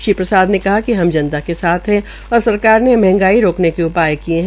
श्री प्रसाद ने कहा कि हम जनता के साथ है और सरकार ने मंहगाई रोकने के उपाय किये है